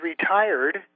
retired